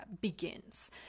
begins